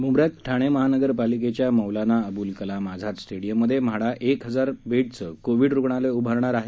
मुंब्र्यात ठाणे महानगरपालिकेच्या मौलाना अबुल कलाम आझाद स्टेडियममध्ये म्हाडा एक हजार बेडचं कोव्हीड रूग्णालय उभारणार आहे